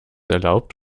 erlaubt